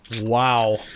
Wow